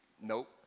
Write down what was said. nope